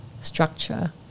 structure